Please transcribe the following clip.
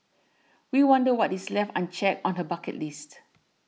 we wonder what is left unchecked on her bucket list